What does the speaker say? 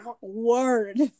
word